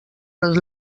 les